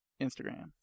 Instagram